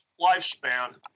lifespan